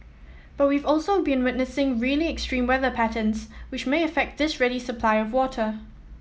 but we've also been witnessing really extreme weather patterns which may affect this ready supply of water